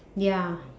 ya